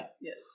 Yes